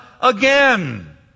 again